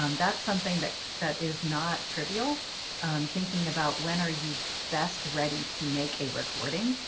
um that's something that that is not trivial thinking about. when are you best ready to make a recording?